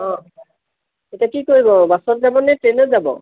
অঁ এতিয়া কি কৰিব বাছত যাবনে ট্ৰেইনত যাব